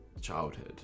childhood